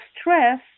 stress